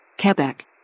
Quebec